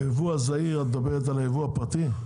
אתם מדברת על ייבוא פרטי?